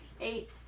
Eight